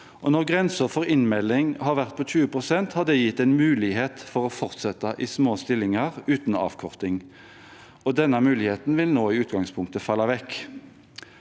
Når grensen for innmelding har vært på 20 pst., har det gitt en mulighet for å fortsette i små stillinger uten avkorting, og denne muligheten vil nå i utgangspunktet falle vekk.